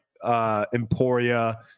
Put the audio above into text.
Emporia